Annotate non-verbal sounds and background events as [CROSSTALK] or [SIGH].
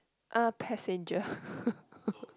uh passenger [LAUGHS]